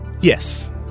Yes